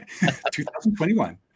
2021